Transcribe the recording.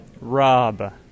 Rob